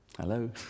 Hello